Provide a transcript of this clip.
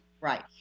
right